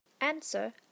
Answer